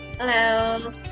Hello